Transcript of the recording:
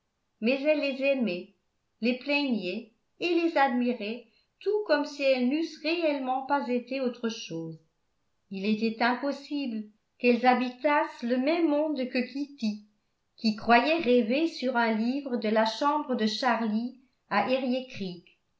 mais elle les aimait les plaignait et les admirait tout comme si elles n'eussent réellement pas été autre chose il était impossible qu'elles habitassent le même monde que kitty qui croyait rêver sur un livre de la chambre de charlie à